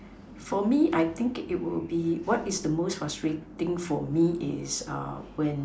for me I think it will be what is the most frustrating for me is uh when